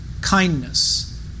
kindness